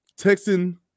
texting